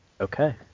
okay